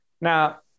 Now